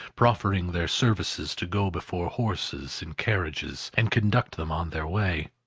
proffering their services to go before horses in carriages, and conduct them on their way.